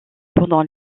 pendant